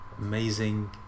amazing